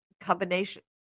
combination